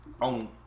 On